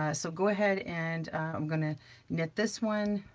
ah so go ahead and i'm gonna knit this one,